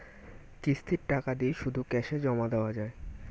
কিস্তির টাকা দিয়ে শুধু ক্যাসে জমা দেওয়া যায়?